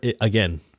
again